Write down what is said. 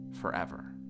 forever